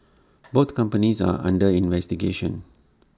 both companies are under investigation